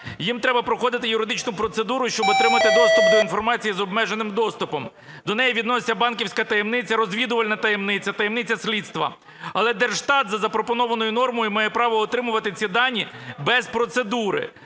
їм треба проходити юридичну процедуру, щоб отримати доступ до інформації з обмеженим доступом, до неї відноситься банківська таємниця, розвідувальна таємниця, таємниця слідства. Але Держстат за запропонованою нормою має право отримувати ці дані без процедури.